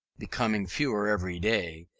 becoming fewer every day,